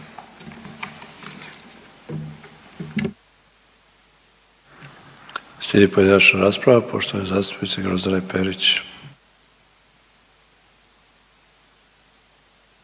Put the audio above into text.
Slijedi pojedinačna rasprava poštovane zastupnice Grozdane Perić.